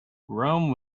rome